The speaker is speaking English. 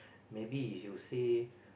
maybe if you say